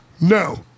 No